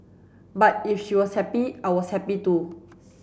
but if she was happy I was happy too